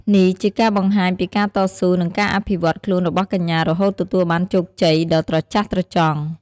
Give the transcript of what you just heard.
នេះជាការបង្ហាញពីការតស៊ូ និងការអភិវឌ្ឍន៍ខ្លួនរបស់កញ្ញារហូតទទួលបានភាពជោគជ័យដ៏ត្រចះត្រចង់។